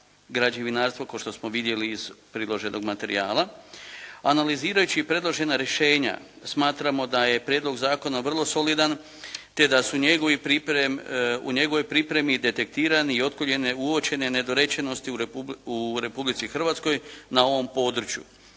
građevinarstvo kao što smo vidjeli iz priloženog materijala. Analizirajući predložena rješenja smatramo da je prijedlog zakona vrlo solidan te da su u njegovoj pripremi detektirani i otklonjene uočene nedorečenosti u Republici Hrvatskoj na ovom području.